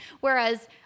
whereas